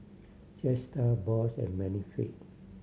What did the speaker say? Jetstar Bosch and Benefit